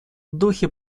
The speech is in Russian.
духе